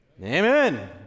amen